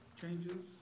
Changes